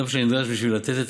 זה מה שנדרש בשביל לתת את